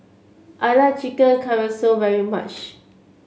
I like Chicken Casserole very much